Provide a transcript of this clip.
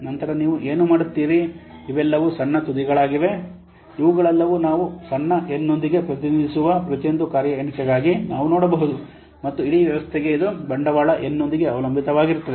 ನಂತರ ನೀವು ಏನು ಮಾಡುತ್ತೀರಿ ಇವೆಲ್ಲವೂ ಸಣ್ಣ ತುದಿಗಳಾಗಿವೆ ಇವುಗಳೆಲ್ಲವೂ ನಾವು ಸಣ್ಣ n ನೊಂದಿಗೆ ಪ್ರತಿನಿಧಿಸುವ ಪ್ರತಿಯೊಂದು ಕಾರ್ಯ ಎಣಿಕೆಗಾಗಿ ನಾವು ನೋಡಬಹುದು ಮತ್ತು ಇಡೀ ವ್ಯವಸ್ಥೆಗೆ ಇದು ಬಂಡವಾಳ N ನೊಂದಿಗೆ ಅವಲಂಬಿತವಾಗಿರುತ್ತದೆ